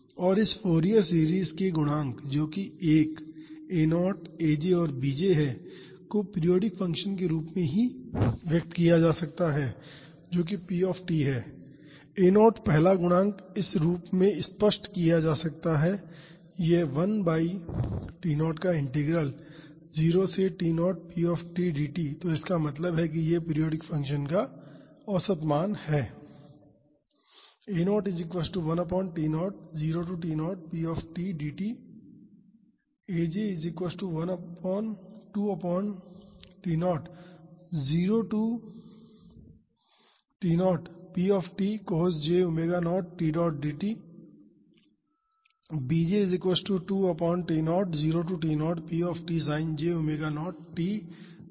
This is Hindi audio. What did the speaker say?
और इस फॉरिएर सीरीज के गुणांक जो कि एक a0 aj और bj है को पीरियाडिक फ़ंक्शन के रूप में ही व्यक्त किया जा सकता है जो कि p है a0 पहला गुणांक इस रूप में व्यक्त किया जाता है यह 1 बाई T0 का इंटीग्रल 0 से T0 p dt तो इसका मतलब है यह पीरियाडिक फ़ंक्शन का औसत मान है